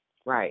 Right